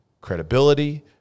credibility